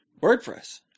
WordPress